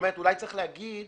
אולי צריך להגיד